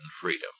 freedom